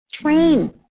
train